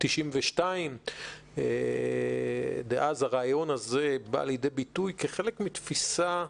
ב-1892 ואז הרעיון הזה בא לידי ביטוי כחלק מתפיסה,